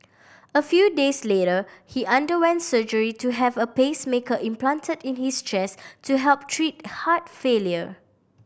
a few days later he underwent surgery to have a pacemaker implanted in his chest to help treat heart failure